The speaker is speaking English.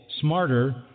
smarter